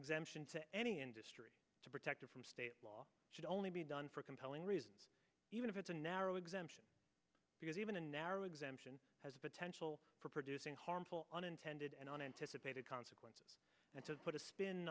exemption to any industry to protect it from state law should only be done for compelling reasons even if it's a narrow exemption because even a narrow exemption has potential for producing harmful unintended and unanticipated consequences and to put a spin